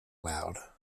loud